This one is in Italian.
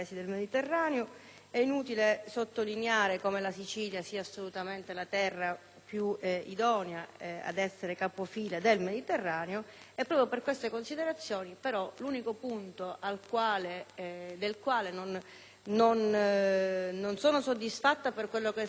È inutile sottolineare come la Sicilia sia la terra più idonea ad essere capofila del Mediterraneo. Proprio per queste considerazioni, l'unico punto del quale non sono soddisfatta per quello che è stato fino ad